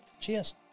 Cheers